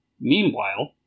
meanwhile